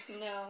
No